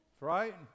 Right